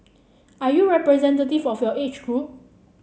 are you representative of your age group